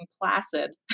placid